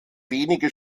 wenige